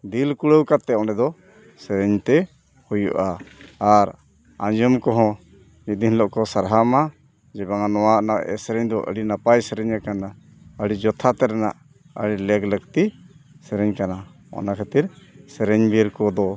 ᱫᱤᱞ ᱠᱩᱲᱟᱹᱣ ᱠᱟᱛᱮᱫ ᱚᱸᱰᱮ ᱫᱚ ᱥᱮᱨᱮᱧ ᱛᱮ ᱦᱩᱭᱩᱜᱼᱟ ᱟᱨ ᱟᱸᱡᱚᱢ ᱠᱚᱦᱚᱸ ᱢᱤᱫ ᱫᱤᱱ ᱦᱤᱞᱳᱜ ᱠᱚ ᱥᱟᱨᱦᱟᱣᱢᱟ ᱡᱮ ᱵᱟᱝᱟ ᱱᱚᱣᱟ ᱨᱮᱱᱟᱜ ᱥᱮᱨᱮᱧ ᱫᱚ ᱟᱹᱰᱤ ᱱᱟᱯᱟᱭ ᱥᱮᱨᱮᱧ ᱟᱠᱟᱱᱟ ᱟᱹᱰᱤ ᱡᱚᱛᱷᱟᱛ ᱨᱮᱱᱟᱜ ᱟᱹᱰᱤ ᱞᱮᱠ ᱞᱟᱹᱠᱛᱤ ᱥᱮᱨᱮᱧ ᱠᱟᱱᱟ ᱚᱱᱟ ᱠᱷᱟᱹᱛᱤᱨ ᱥᱮᱨᱮᱧᱤᱭᱟᱹ ᱠᱚᱫᱚ